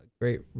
Great